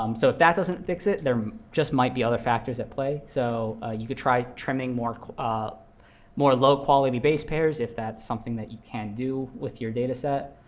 um so if that doesn't fix it, there just might be other factors at play. so you could try trimming more ah more low-quality base pairs, if that's something that you can do with your data set.